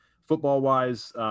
football-wise